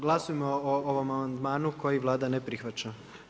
Glasujmo o ovom amandmanu koji Vlada ne prihvaća.